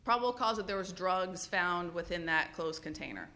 probable cause that there was drugs found within that closed container